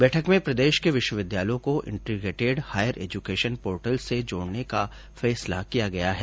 बैठक में प्रदेश के विश्वविद्यालयों को इन्टीग्रेटेड हायर एजुकेशन पोर्टल से जोडने का फैसला किया गया है